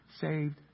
saved